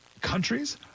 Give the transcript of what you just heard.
countries